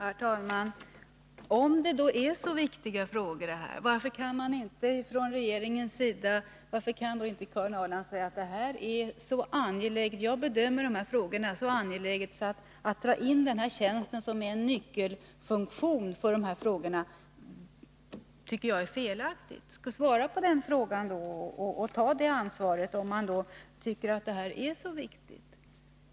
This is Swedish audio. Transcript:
Herr talman! Om det här då är så viktiga frågor, varför kan inte Karin Ahrland säga: Jag bedömer de här frågorna som så angelägna att jag tycker att det är felaktigt att dra in den här tjänsten, som innebär en nyckelfunktion. — Svara på det sättet, ta det ansvaret, om ni tycker att detta är så viktigt!